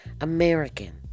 American